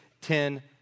ten